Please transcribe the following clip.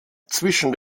zwischen